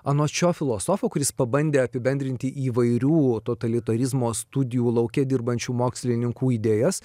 anot šio filosofo kuris pabandė apibendrinti įvairių totalitarizmo studijų lauke dirbančių mokslininkų idėjas